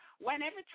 Whenever